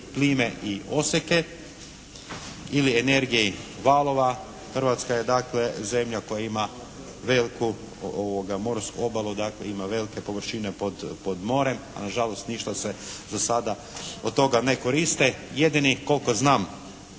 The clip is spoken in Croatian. plime i oseke ili energiji valova. Hrvatska je dakle zemlja koja ima veliku morsku obalu, dakle ima velike površine pod morem, a na žalost ništa se za sada od toga ne koriste. Jedini koliko znam